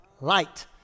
Light